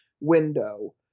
window